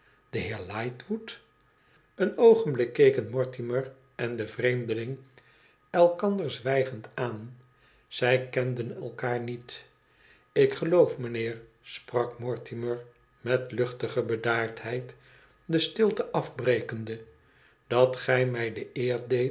ide heer l ightwood een oogenblik keken mortimer en de vreemdeling elkander zwijgend aan zij kenden elkander niet idc geloof mijnheer sprak mortimer met luchtige bedaardheid de sdlte afbrekende dat gij mij de